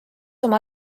oma